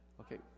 Okay